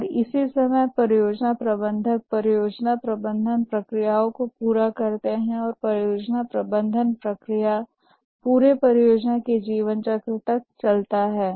और इसी समय परियोजना प्रबंधक परियोजना प्रबंधन प्रक्रियाओं को पूरा करता है और परियोजना प्रबंधन प्रक्रिया पूरे परियोजना के जीवनचक्र तक चलता है